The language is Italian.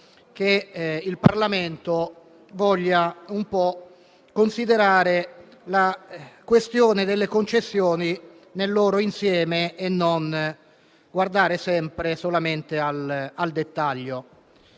il Parlamento voglia considerare il tema delle concessioni nel suo insieme e non guardare sempre solamente al dettaglio.